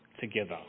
together